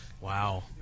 Wow